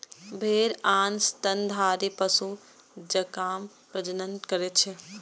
भेड़ आन स्तनधारी पशु जकां प्रजनन करै छै